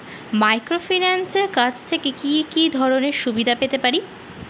মাইক্রোফিন্যান্সের কাছ থেকে কি কি ধরনের সুযোগসুবিধা পেতে পারি?